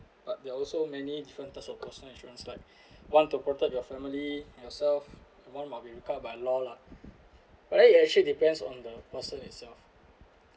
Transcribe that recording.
but there are also many different types of personal insurance like want to protect your family and yourself one might be required by a law lah by right it actually based on the person itself